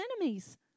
enemies